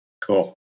Cool